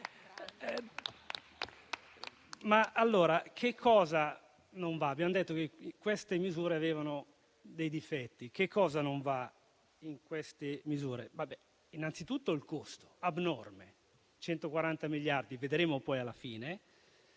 Allora che cosa non va? Abbiamo detto che queste misure avevano dei difetti. Che cosa non va in queste misure? Innanzitutto il costo abnorme: 140 miliardi - vedremo poi alla fine